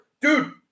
Dude